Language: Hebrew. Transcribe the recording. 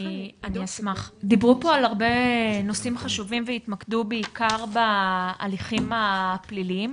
דיברו פה על הרבה נושאים חשובים והתמקדו בעיקר בהליכים הפליליים.